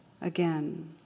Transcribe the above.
again